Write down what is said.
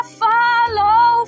follow